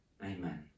amen